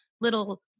little